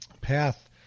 path